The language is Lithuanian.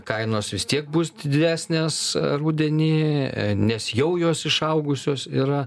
kainos vis tiek bus didesnės rudenį nes jau jos išaugusios yra